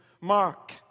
mark